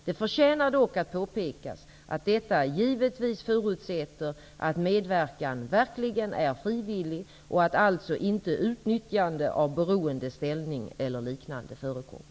Det förtjänar dock att påpekas att detta givetvis förutsätter att medverkan verkligen är frivillig och att alltså inte utnyttjande av beroendeställning eller liknande förekommer.